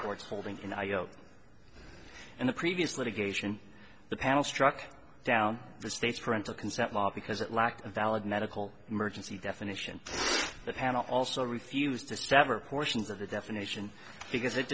in the previous litigation the panel struck down the state's parental consent law because it lacked a valid medical emergency definition the panel also refused to sever portions of the definition because it